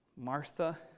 Martha